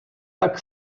tak